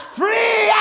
free